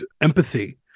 empathy